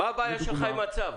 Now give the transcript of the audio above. מה הבעיה שלך עם הצו?